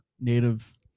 native